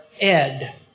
Ed